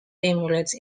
emirates